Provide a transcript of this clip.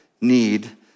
need